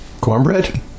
Cornbread